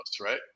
right